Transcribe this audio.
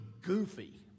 goofy